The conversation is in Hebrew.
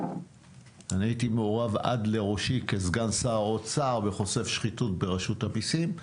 הייתי מעורב עד לראשי כסגן שר האוצר בחושף שחיתות ברשות המסים.